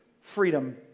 freedom